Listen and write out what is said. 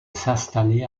s’installer